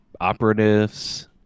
operatives